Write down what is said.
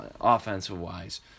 offensive-wise